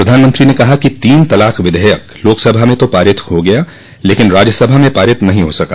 प्रधानमंत्री ने कहा कि तीन तलाक विधेयक लोकसभा में तो पारित किया गया लेकिन राज्यसभा में पारित नहीं हो सका